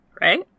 Right